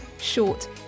short